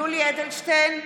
(קוראת בשמות חברי הכנסת) יולי יואל אדלשטיין,